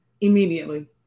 immediately